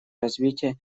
развития